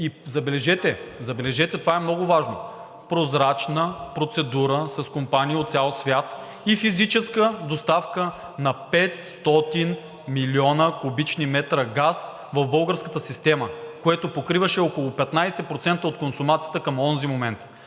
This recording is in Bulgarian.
забележете, това е много важно – прозрачна процедура с компании от цял свят и физическа доставка на 500 млн. кубични метра газ в българската система, което покриваше около 15% от консумацията към онзи момент.